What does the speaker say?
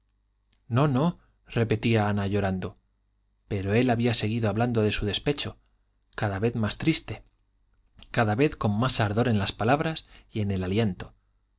confidente no no repetía ana llorando pero él había seguido hablando de su despecho cada vez más triste cada vez con más ardor en las palabras y en el aliento